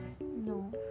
No